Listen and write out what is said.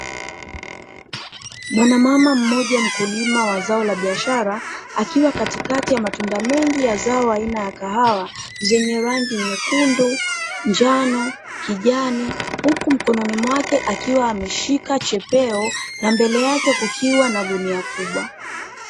Mwanamama mmoja mkulima wa zao la biashara akiwa katikati ya matunda mengi ya zao aina ya kahawa zenye rangi nyekundu, njano, kijani huku mkononi mwake akiwa ameshika chepeo na mbele yake kukiwa na gunia kubwa.